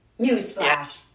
Newsflash